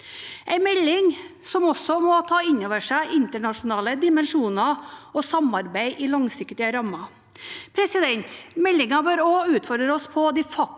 en melding som også tar inn over seg internasjonale dimensjoner og samarbeid i langsiktige rammer. Meldingen bør også utfordre oss på de faktiske